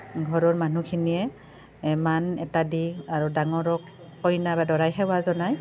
ঘৰৰ মানুহখিনিয়ে মান এটা দি আৰু ডাঙৰক কইনা বা দৰাই সেৱা জনায়